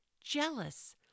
jealous